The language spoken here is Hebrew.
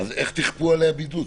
אז איך תכפו עליה בידוד?